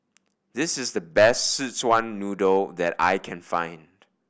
this is the best Szechuan Noodle that I can find